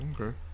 Okay